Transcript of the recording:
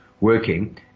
working